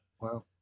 Wow